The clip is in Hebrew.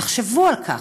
תחשבו על כך.